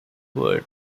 word